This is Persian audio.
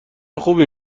خوبی